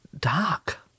dark